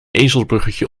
ezelsbruggetje